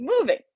Moving